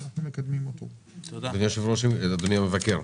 אדוני המבקר,